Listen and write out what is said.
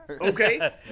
Okay